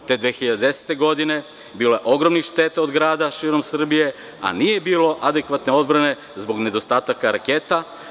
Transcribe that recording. Te 2010. godine je bilo ogromnih šteta od grada širom Srbije, a nije bilo adekvatne odbrane, zbog nedostatka raketa.